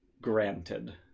granted